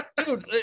Dude